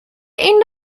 end